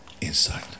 Inside